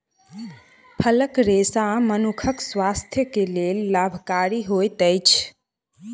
फलक रेशा मनुखक स्वास्थ्य के लेल लाभकारी होइत अछि